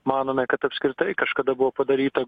manome kad apskritai kažkada buvo padaryta